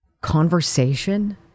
conversation